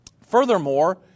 Furthermore